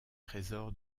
trésor